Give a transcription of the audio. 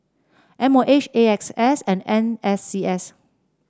M O H A X S and N S C S